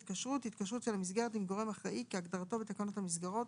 "התקשרות" התקשרות של המסגרת עם גורם אחראי כהגדרתו בתקנות המסגרות,